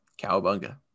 cowabunga